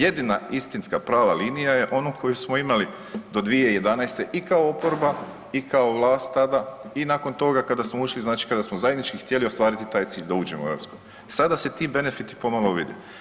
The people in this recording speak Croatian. Jedina istinska prava linija je onu koju smo imali do 2011. i kao oporba i kao vlast tada i nakon toga kada smo ušli znači kada smo zajednički htjeli ostvariti taj cilj da uđemo u EU, sada se ti benefiti pomalo vide.